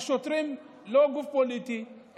השוטרים הם לא גוף פוליטי,